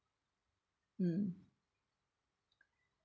mm